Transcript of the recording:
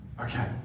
Okay